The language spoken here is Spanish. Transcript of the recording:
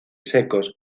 secos